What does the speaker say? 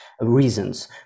reasons